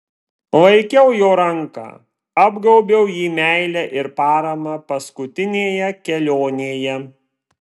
laikiau jo ranką apgaubiau jį meile ir parama paskutinėje kelionėje